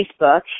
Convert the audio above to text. Facebook